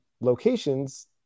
locations